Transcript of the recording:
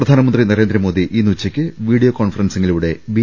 പ്രധാനമന്ത്രി Narendra Modi ഇന്നുച്ചയ്ക്ക് video കോൺഫ റൻസിലൂടെ B